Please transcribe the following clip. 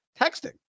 texting